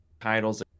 titles